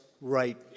right